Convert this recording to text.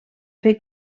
fer